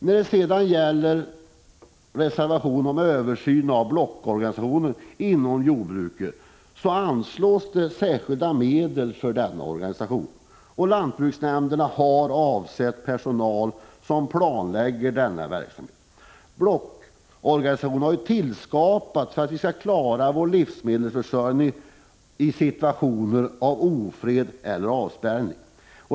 När det sedan gäller reservationen om en översyn av blockorganisationen inom jordbruket så anslås det särskilda medel för denna organisation. Lantbruksnämnderna har avsatt personal för att planlägga denna verksam 125 het. Blockorganisationen har ju tillskapats för att vi skall kunna klara vår livsmedelsförsörjning i situationer av ofred eller avspärrning.